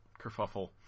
kerfuffle